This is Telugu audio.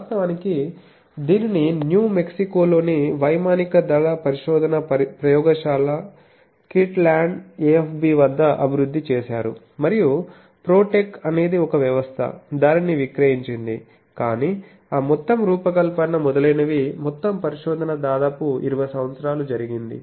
వాస్తవానికి దీనిని న్యూ మెక్సికోలోని వైమానిక దళ పరిశోధనా ప్రయోగశాల కిర్ట్ల్యాండ్ AFB వద్ద అభివృద్ధి చేశారు మరియు ప్రో టెక్ అనేది ఒక వ్యవస్థ దానిని విక్రయించింది కానీ ఆ మొత్తం రూపకల్పన మొదలైనవి మొత్తం పరిశోధన దాదాపు 20 సంవత్సరాలు జరిగింది